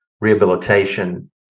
rehabilitation